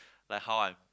like how I'm